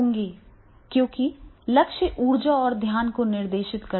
क्योंकि लक्ष्य ऊर्जा और ध्यान को निर्देशित करते हैं